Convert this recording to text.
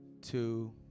two